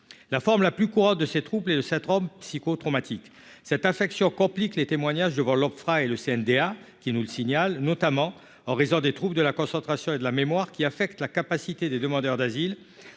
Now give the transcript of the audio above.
la forme la plus courante de ses troupes les le 7 Rome psycho-traumatique cette infection complique les témoignages devant l'Ofpra et le CNDA qui nous le signale notamment en raison des troupes de la concentration et de la mémoire qui affectent la capacité des demandeurs d'asile